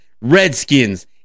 Redskins